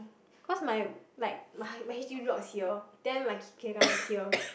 cause my like my my H_D_B block is here then my kindergarten is here